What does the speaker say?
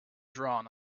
drawn